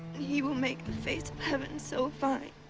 and he will make the face of heaven so fine